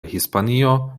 hispanio